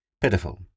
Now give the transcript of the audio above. Pitiful